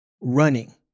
running